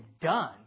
done